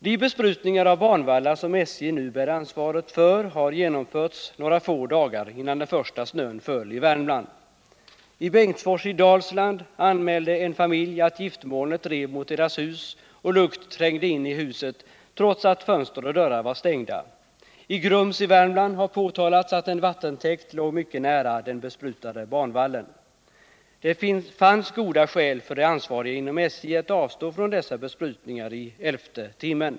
De besprutningar av banvallar som SJ nu bär ansvaret för har genomförts några få dagar innan den första snön föll i Värmland. I Bengtsfors i Dalsland anmälde en familj att giftmolnet drev mot deras hus och lukt trängde in i huset trots att fönster och dörrar var stängda. I Grums i Värmland har påtalats att en vattentäkt låg mycket nära den besprutade banvallen. Det fanns goda skäl för de ansvariga inom SJ att avstå från dessa besprutningar i elfte timmen.